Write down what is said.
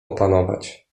opanować